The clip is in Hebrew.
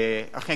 אכן,